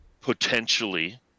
potentially